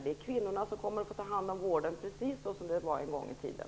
Det är kvinnorna som kommer att få ta hand om vården, precis som det var en gång i tiden.